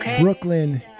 Brooklyn